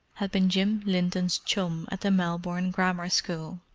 had been jim linton's chum at the melbourne grammar school,